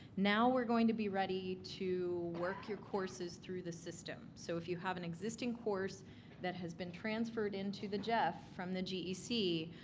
now we're going to be ready to work your courses through the system so if you have an existing course that has been transferred into the gef from the gec,